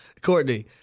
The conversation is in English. Courtney